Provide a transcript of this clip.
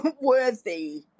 worthy